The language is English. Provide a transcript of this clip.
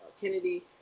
Kennedy